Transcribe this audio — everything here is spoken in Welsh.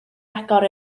agor